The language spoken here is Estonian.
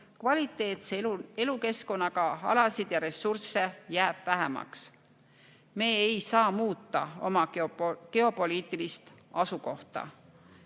Kvaliteetse elukeskkonnaga alasid ja ressursse jääb vähemaks. Me ei saa muuta oma geopoliitilist asukohta."